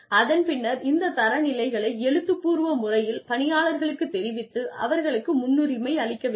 அதன் பின்னர் இந்த தர நிலைகளை எழுத்துப்பூர்வ முறையில் பணியாளர்களுக்குத் தெரிவித்து அவர்களுக்கு முன்னுரிமை அளிக்க வேண்டும்